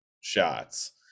shots